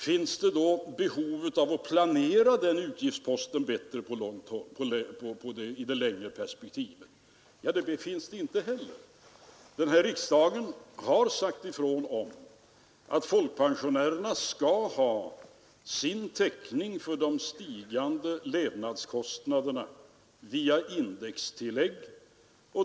Finns det då behov av att planera den utgiftsposten bättre i det längre perspektivet? Det finns det inte heller. Den här riksdagen har sagt ifrån att folkpensionärerna skall ha sin täckning för de stigande levnadskostnaderna via indextillägg.